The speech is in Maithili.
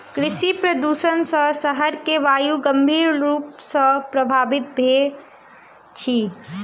कृषि प्रदुषण सॅ शहर के वायु गंभीर रूप सॅ प्रभवित भेल अछि